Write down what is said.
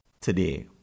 today